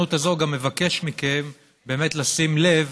ובהזדמנות הזאת גם מבקש מכם באמת לשים לב